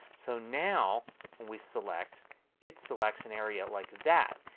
so now when we select it selects an area like that.